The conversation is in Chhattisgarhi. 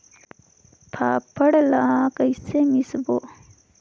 फाफण ला कइसे मिसबो?